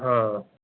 ହଁ